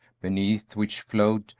beneath which flowed,